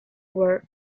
were